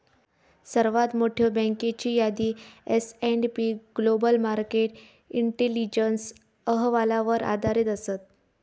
सर्वात मोठयो बँकेची यादी S and P Global Market Intelligence अहवालावर आधारित असत